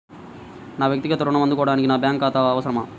నా వక్తిగత ఋణం అందుకోడానికి నాకు బ్యాంక్ ఖాతా అవసరమా?